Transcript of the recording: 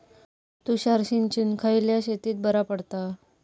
तुषार सिंचन खयल्या शेतीक बरा पडता?